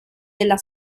della